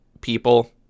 people